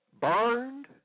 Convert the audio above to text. Burned